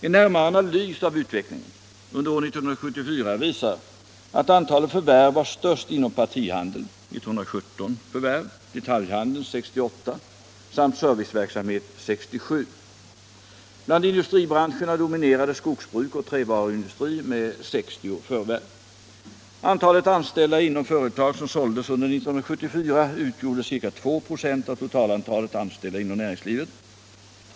En närmare analys av utvecklingen under år 1974 visar att antalet förvärv var störst inom partihandel , detaljhandel samt serviceverksamhet . Bland industribranscherna dominerade skogsbruk och trävaruindustri med 60 förvärv. Antalet anställda inom företag som såldes under 1974 utgjorde ca 296 av totalantalet anställda inom näringslivet.